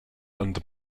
and